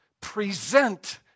present